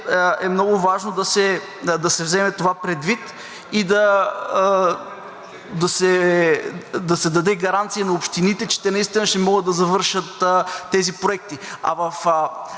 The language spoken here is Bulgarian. е много важно да се вземе това предвид. Да се даде гаранция на общините, че те наистина ще могат да завършат тези проекти.